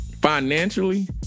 financially